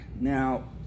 now